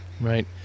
Right